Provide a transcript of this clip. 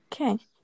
okay